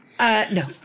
No